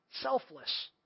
selfless